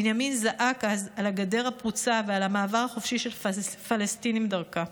בנימין זעק אז על הגדר הפרוצה ועל המעבר החופשי של פלסטינים דרכה.